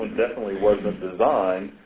definitely wasn't designed